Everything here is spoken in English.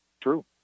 True